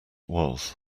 was